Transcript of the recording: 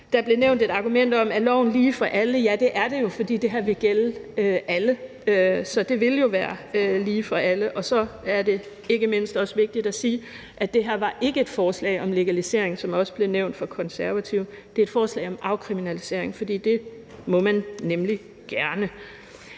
Der blev nævnt et argument om, om loven ikke er lige for alle. Ja, det er den jo, for det her vil gælde for alle. Så det vil jo være lige for alle. Og så er det ikke mindst også vigtigt at sige, at det her ikke var et forslag om legalisering, som det blev nævnt af De Konservative, men det er et forslag om afkriminalisering, for det må man nemlig gerne.